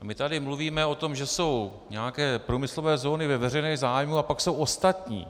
My tu mluvíme o tom, že jsou nějaké průmyslové zóny ve veřejném zájmu a pak jsou ostatní.